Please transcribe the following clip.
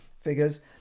figures